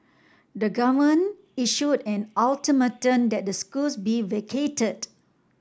the government issued an ultimatum that the schools be vacated